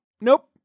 Nope